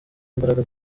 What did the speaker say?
imbaraga